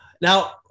now